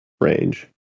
range